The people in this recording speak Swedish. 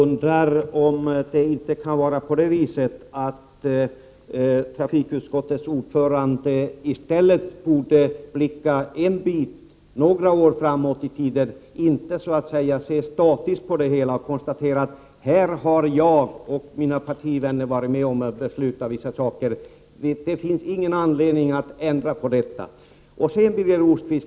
Herr talman! Jag undrar om inte trafikutskottets ordförande borde blicka några år framåt i tiden i stället för att se statiskt på det hela och konstatera att han och hans partivänner varit med om att besluta vissa saker och att det därför inte finns anledning att ändra på det.